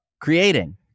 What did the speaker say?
creating